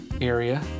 area